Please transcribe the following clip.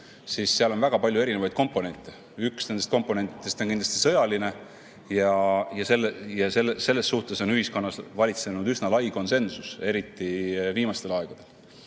siis seal on väga palju komponente. Üks nendest komponentidest on kindlasti sõjaline. Selles suhtes on ühiskonnas valitsenud üsna lai konsensus, eriti viimastel aegadel.